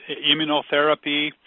immunotherapy